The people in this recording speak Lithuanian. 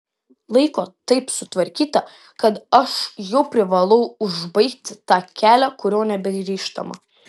laiko taip sutvarkyta kad aš jau privalau užbaigti tą kelią kuriuo nebegrįžtama